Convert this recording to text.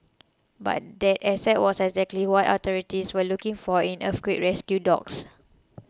but that asset was exactly what authorities were looking for in earthquake rescue dogs